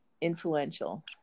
influential